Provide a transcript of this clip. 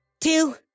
Two